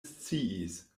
sciis